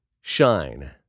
Shine